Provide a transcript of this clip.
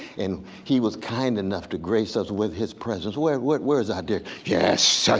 and he was kind enough to grace us with his presence. where where is our dear? yes,